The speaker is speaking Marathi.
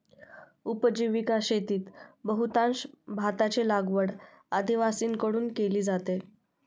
उपजीविका शेतीत बहुतांश भाताची लागवड आदिवासींकडून केली जाते